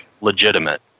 legitimate